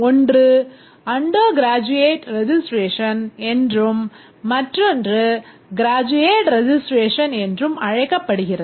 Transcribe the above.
ஒன்று under graduate registration என்றும் மற்றொன்று graduate registration என்றும் அழைக்கப்படுகிறது